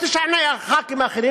או תשכנע חברי כנסת אחרים,